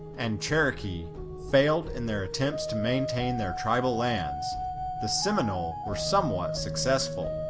and cherokee failed in their attempts to maintain their tribal lands the seminole were somewhat successful.